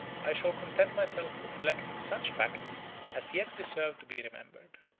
i shall content myself with selecting such facts as yet deserve to be remembered.